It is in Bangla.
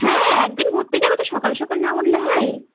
হ্যাঁ একদিন ঘুরতে যাব তো সকাল সকাল না উঠলে হয়